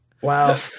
Wow